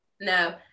No